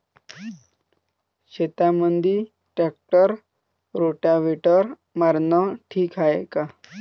शेतामंदी tractor rotavator मारनं ठीक हाये का?